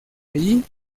allí